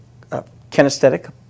kinesthetic